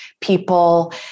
people